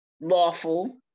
Lawful